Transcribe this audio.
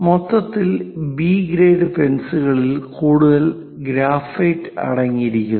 മൊത്തത്തിൽ B grade പെൻസിലുകളിൽ കൂടുതൽ ഗ്രാഫൈറ്റ് അടങ്ങിയിരിക്കുന്നു